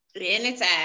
Anytime